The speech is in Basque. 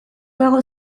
dago